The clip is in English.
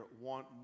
want